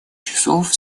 часов